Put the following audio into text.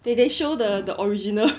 they they show the the original